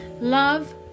Love